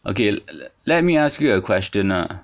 okay le~ let me ask you a question ah